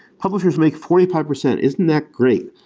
publishers make forty five percent. isn't that great?